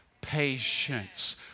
patience